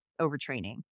overtraining